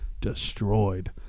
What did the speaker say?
Destroyed